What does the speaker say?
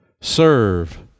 Serve